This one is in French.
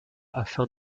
afin